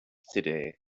today